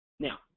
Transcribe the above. Now